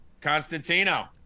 Constantino